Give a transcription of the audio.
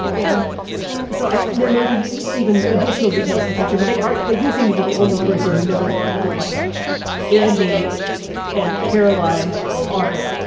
and so there may be even additional details the picture but they aren't they do seem to be the only person who knows that like andy and caroline are